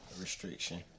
restriction